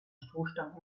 stoßstangen